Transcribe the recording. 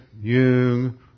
Jung